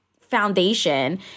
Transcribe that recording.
foundation